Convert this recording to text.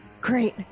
Great